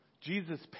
Jesus